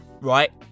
right